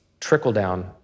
trickle-down